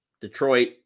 Detroit